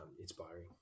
inspiring